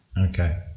Okay